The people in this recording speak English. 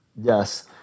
yes